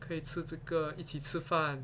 可以吃这个一起吃饭